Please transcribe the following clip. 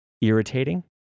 irritating